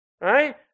Right